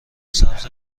سبز